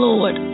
Lord